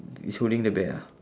it's holding the bear ah